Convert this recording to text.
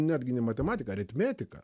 netgi ne matematiką aritmetiką